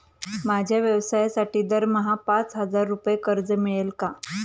माझ्या व्यवसायासाठी दरमहा पाच हजार रुपये कर्ज मिळेल का?